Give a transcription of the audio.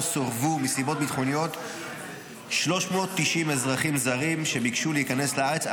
סורבו מסיבות ביטחוניות 390 אזרחים זרים שביקשו להיכנס לארץ,